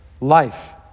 life